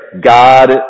God